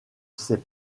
sait